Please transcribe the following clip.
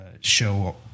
Show